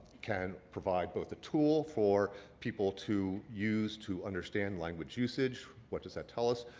can provide both a tool for people to use to understand language usage what does that tell us,